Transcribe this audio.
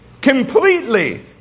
completely